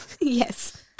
yes